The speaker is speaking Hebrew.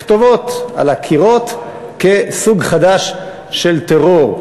כתובות על הקירות כסוג חדש של טרור.